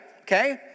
Okay